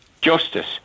Justice